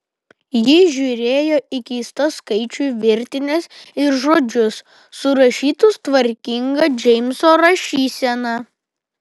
ji žiūrėjo į keistas skaičių virtines ir žodžius surašytus tvarkinga džeimso rašysena